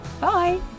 Bye